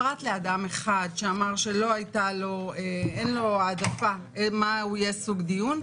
פרט לאדם אחד שאמר שאין לו העדפה מה יהיה סוג הדיון,